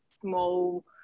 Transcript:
small